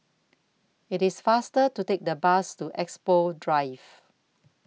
IT IS faster to Take The Bus to Expo Drive